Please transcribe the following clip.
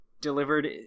delivered